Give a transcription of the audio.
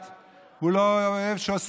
והוא לא אוהב שמבזים את הדת,